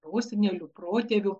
prosenelių protėvių